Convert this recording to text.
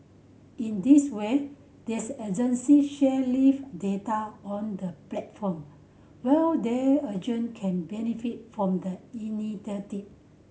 in this way these agency share live data on the platform while their urgent can benefit from the initiative